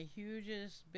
hugest